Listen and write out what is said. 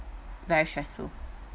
very stressful